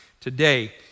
today